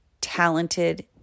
talented